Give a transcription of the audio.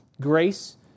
grace